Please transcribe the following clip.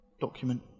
document